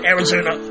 Arizona